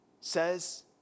says